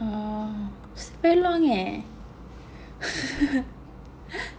oh very long eh